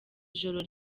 ijoro